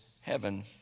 heaven